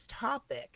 topic